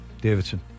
Davidson